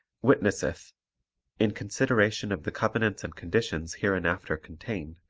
witnesseth in consideration of the covenants and conditions hereinafter contained,